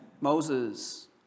Moses